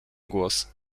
głos